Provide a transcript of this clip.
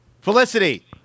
Felicity